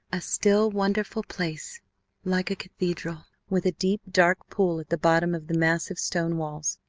a still, wonderful place like a cathedral, with a deep, dark pool at the bottom of the massive stone walls.